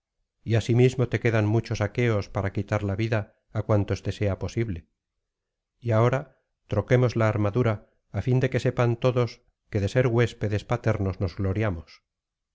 y asimismo te quedan muchos aqueos para quitar la vida á cuantos te sea posible y ahora troquemos la armadura á fin de que sepan todos que de ser huéspedes paternos nos gloriamos